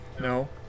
No